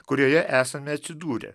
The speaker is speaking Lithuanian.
kurioje esame atsidūrę